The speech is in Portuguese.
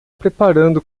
preparando